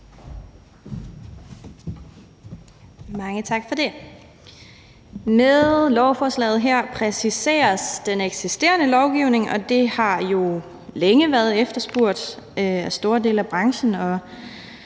Mange tak for det. Med lovforslaget her præciseres den eksisterende lovgivning, og det har jo længe været efterspurgt af store dele af branchen